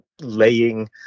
laying